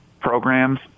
programs